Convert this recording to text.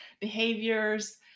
behaviors